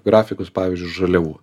grafikus pavyzdžiui žaliavų